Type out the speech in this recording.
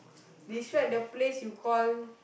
this what the place you call